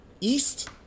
East